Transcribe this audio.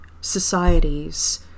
societies